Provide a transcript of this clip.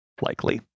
likely